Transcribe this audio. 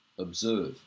Observe